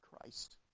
Christ